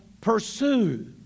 pursue